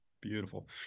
Beautiful